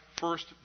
first